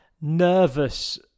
nervous